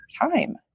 time